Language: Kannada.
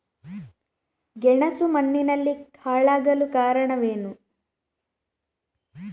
ಗೆಣಸು ಮಣ್ಣಿನಲ್ಲಿ ಹಾಳಾಗಲು ಕಾರಣವೇನು?